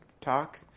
talk